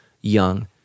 young